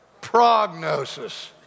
prognosis